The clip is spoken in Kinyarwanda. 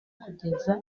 kugeza